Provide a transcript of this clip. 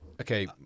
Okay